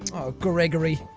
greggory.